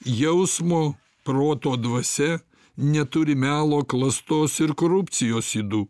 jausmo proto dvasia neturi melo klastos ir korupcijos ydų